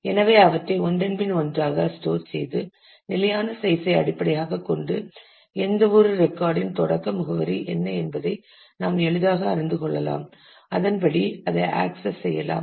எனவே அவற்றை ஒன்றன்பின் ஒன்றாக ஸ்டோர் செய்து நிலையான சைஸ் ஐ அடிப்படையாகக் கொண்டு எந்தவொரு ரெக்கார்ட் இன் தொடக்க முகவரி என்ன என்பதை நாம் எளிதாக அறிந்து கொள்ளலாம் அதன்படி அதை ஆக்சஸ் செய்யலாம்